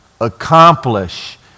Accomplish